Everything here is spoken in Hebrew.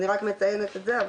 אני רק מציינת את זה.